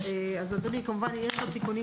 כמובן, יש תיקונים